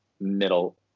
middle